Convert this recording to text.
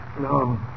No